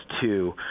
two